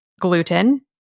gluten